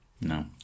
No